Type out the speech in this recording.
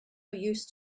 used